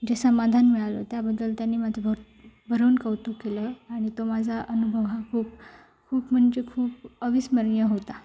जे समाधान मिळालं त्याबद्दल त्यांनी माझं भरभरून कौतुक केलं आणि तो माझा अनुभव हा खूप खूप म्हणजे खूप अविस्मरणीय होता